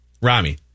Rami